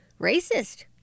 racist